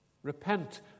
Repent